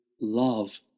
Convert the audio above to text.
love